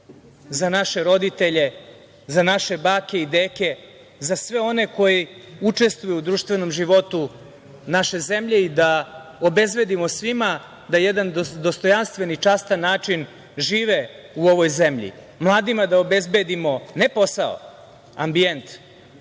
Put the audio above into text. za naše roditelje, za naše bake i deke, za sve one koji učestvuju u društvenom životu naše zemlje i da obezbedimo svima da na jedan dostojanstven i častan način žive u ovoj zemlji. Mladima da obezbedimo, ne posao, ambijent,